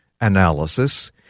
analysis